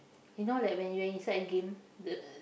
you know like when you are inside a game the